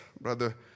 Brother